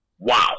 Wow